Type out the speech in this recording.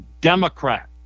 Democrat